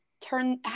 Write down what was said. turn